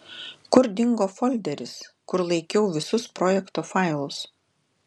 kur dingo folderis kur laikiau visus projekto failus